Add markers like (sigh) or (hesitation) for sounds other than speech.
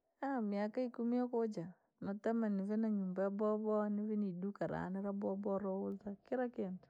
(hesitation) miaka ikumi yookuuja, nootamani nivee na nyumbaa yaboowa bowa, nive naiduka rane raboowa bowa, rouza kira kintuu.